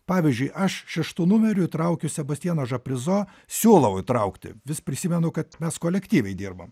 pavyzdžiui aš šeštu numeriu įtraukiu sebastiano žaprizo siūlau įtraukti vis prisimenu kad mes kolektyviai dirbam